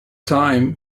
time